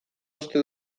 uste